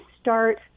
start